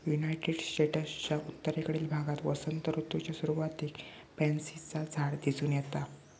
United स्टेट्सच्या उत्तरेकडील भागात वसंत ऋतूच्या सुरुवातीक पॅन्सीचा झाड दिसून येता